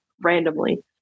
randomly